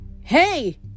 Hey